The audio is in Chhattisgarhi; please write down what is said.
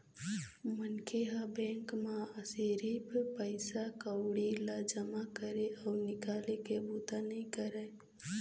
मनखे ह बेंक म सिरिफ पइसा कउड़ी ल जमा करे अउ निकाले के बूता नइ करय